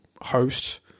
host